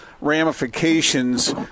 ramifications